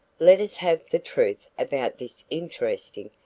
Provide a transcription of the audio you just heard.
let us have the truth about this interesting,